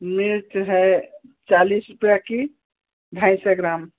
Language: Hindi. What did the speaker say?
मिर्च है चालिस रुपया की ढाई सै ग्राम